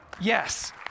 yes